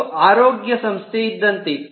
ಇದು ಅರೋಗ್ಯ ಸಂಸ್ಥೆ ಇದ್ದಂತೆ